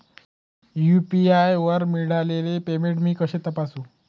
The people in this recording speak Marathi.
यू.पी.आय वर मिळालेले पेमेंट मी कसे तपासू?